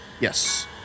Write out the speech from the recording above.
Yes